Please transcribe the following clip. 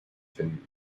finden